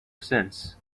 since